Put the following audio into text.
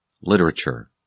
Literature